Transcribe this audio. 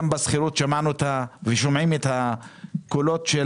גם בשכירות שמענו ושומעים את הקולות של